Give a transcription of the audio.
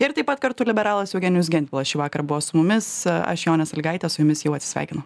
ir taip pat kartu liberalas eugenijus gentvilas šįvakar buvo su mumis aš jonė sąlygaitė su jumis jau atsisveikinu